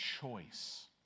choice